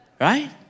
right